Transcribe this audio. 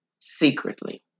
secretly